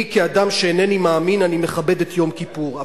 אני, כאדם שאיננו מאמין, מכבד את יום כיפור.